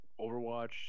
Overwatch